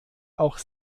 auch